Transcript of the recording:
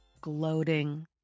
gloating